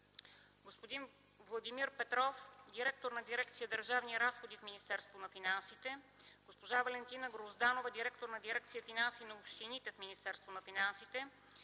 господин Владимир Петров – директор на дирекция „Държавни разходи” в Министерството на финансите, госпожа Валентина Грозданова – директор на дирекция „Финанси на общините” в Министерството на финансите,